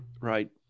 right